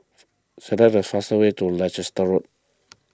select the fastest way to Leicester Road